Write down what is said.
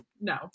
no